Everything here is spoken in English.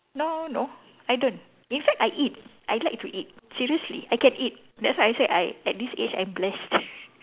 now no I don't in fact I eat I like to eat seriously I can eat that's why I said I at this age I'm blessed